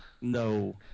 no